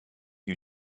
you